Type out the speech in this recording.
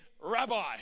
rabbi